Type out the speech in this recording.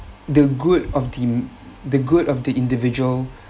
the good of the the good of the individual